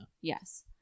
yes